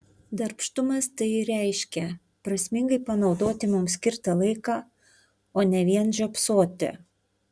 darbštumas tai ir reiškia prasmingai panaudoti mums skirtą laiką o ne vien žiopsoti